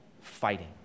fighting